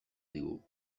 digu